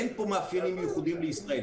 אין מאפיינים ייחודיים לישראל.